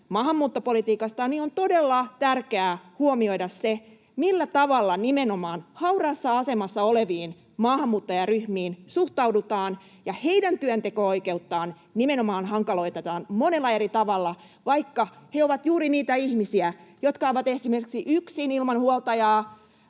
maahanmuuttopolitiikasta, huomioida se, millä tavalla nimenomaan hauraassa asemassa oleviin maahanmuuttajaryhmiin suhtaudutaan. Heidän työnteko-oikeuttaan nimenomaan hankaloitetaan monella eri tavalla, vaikka he ovat juuri niitä ihmisiä, jotka ovat esimerkiksi yksin, ilman huoltajaa,